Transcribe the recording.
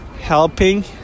helping